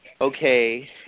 okay